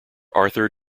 arthur